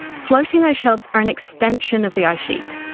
floating ice shelves are an extension of the ice sheet,